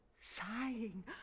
sighing